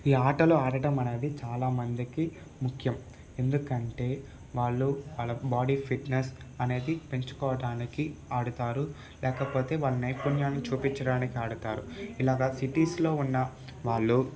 ఈ ఆటలు ఆడడం అనేది చాలా మందికి ముఖ్యం ఎందుకంటే వాళ్ళు వాళ్ళ బాడీ ఫిట్నెస్ అనేది పెంచుకోటానికి ఆడుతారు లేకపోతే వాళ్ళ నైపుణ్యాన్ని చూపించుకోటానికి ఆడుతారు ఇలాగ సిటీస్లో ఉన్న వాళ్ళు